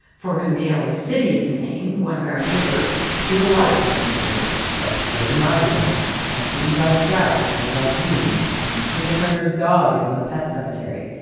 for whom daly city is named, one of our neighbors she has a lot of famous neighbors, like joe dimaggio and levi strauss of levi jeans, and tina turner's dog is in the pet cemetery.